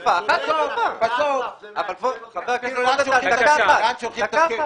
תנו לי דקה אחת רצופה.